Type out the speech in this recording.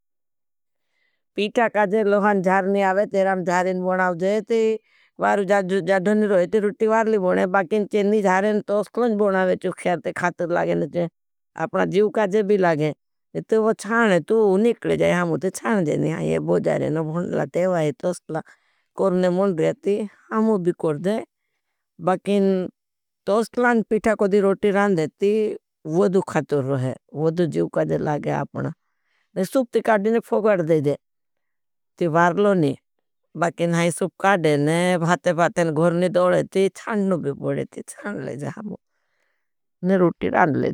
पीठा का जे लोहान ज्ञारनी आवे तेराम ज्ञारनी बनाव जे ती वारु जड़ड़नी रोहे ती। रुटिवारली बने बाकिन चेननी ज्ञारनी तोस्टलन जी बनावे चुखयार ते। खातर लागेन जे आपना जीव काजे भी लागे। बाकिन तोस्टलन पीठा कोड़ी रोटी रान देती वदु खातर रोहे वदु जीव काजे लागे आपना ने सूप ती। काड़ेने फोगड़ देजे ती वारुलोनी बाकिन है। सूप काड़ेने भाते भाते न घोरनी दोड़ेती चांडनू भी बोड़ेती चांड लेजे हमों ने रोटी रान लेजे।